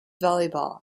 volleyball